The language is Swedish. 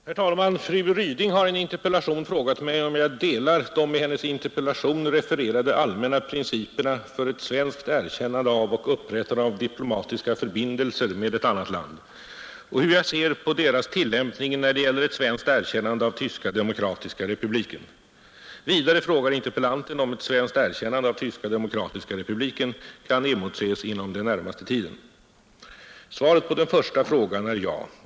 Herr talman! Fru Ryding har i en interpellation frågat mig, om jag delar de i hennes interpellation refererade allmänna principerna för ett svenskt erkännande av och upprättande av diplomatiska förbindelser med annat land, och hur jag ser på deras tillämpning när det gäller ett svenskt erkännande av Tyska demokratiska republiken. Vidare frågar interpellanten om ett svenskt erkännande av Tyska demokratiska republiken kan emotses inom den närmaste tiden. Svaret på den första frågan är ja.